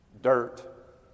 dirt